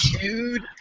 dude